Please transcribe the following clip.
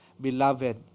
beloved